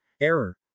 error